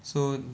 so